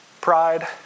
pride